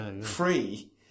free